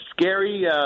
scary